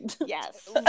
Yes